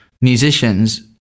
musicians